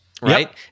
Right